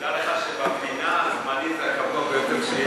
תדע לך שבמדינה הזמני זה הקבוע ביותר שיש.